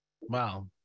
Wow